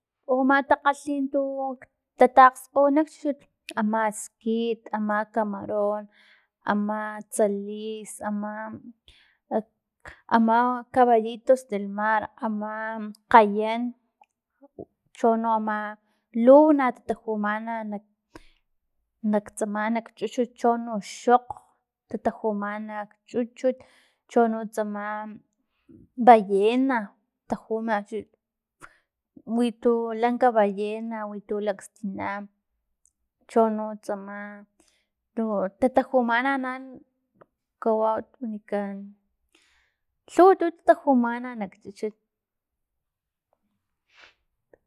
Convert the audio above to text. U ama takgalhin tu tataxkgo kchuchut ama skit, ama camaron, ama tsalis, ama k- ama caballitos del mar, ama kgayen, chono ama luw na natatajumana nak nak tsama nak chuchut chono xokg tatajumana kchuchut chono tsama ballena, tajuma kchu wi tu lanka ballena wi tu laktsina chono tsama tu tatajumana na kawau tu wanikan lhuw tu tatajumana nak chuchut